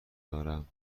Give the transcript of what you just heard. دارم